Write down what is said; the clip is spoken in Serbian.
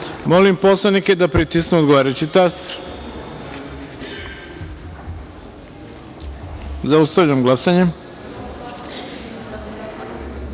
celiniMolim poslanike da pritisnu odgovarajući taster. Zaustavljam glasanje: